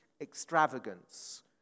extravagance